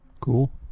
Cool